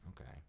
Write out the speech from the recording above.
Okay